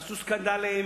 יעשו סקנדלים,